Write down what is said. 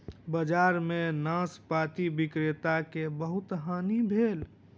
बजार में नाशपाती विक्रेता के बहुत हानि भेल